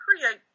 create